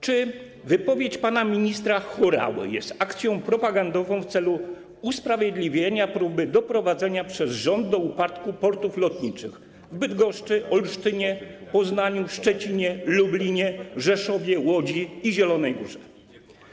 Czy wypowiedź pana ministra Horały jest akcją propagandową mającą na celu usprawiedliwienie próby doprowadzenia przez rząd do upadku portów lotniczych w Bydgoszczy, Olsztynie, Poznaniu, Szczecinie, Lublinie, Rzeszowie, Łodzi i Zielonej Górze?